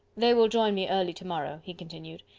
they will join me early to-morrow, he continued,